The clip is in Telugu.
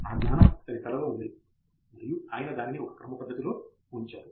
ఆ జ్ఞానం అతని తలలో ఉంది మరియు ఆయన దానిని ఒక క్రమ పద్ధతి లో ఉంచారు